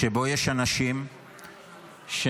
שבו יש אנשים שנרדפים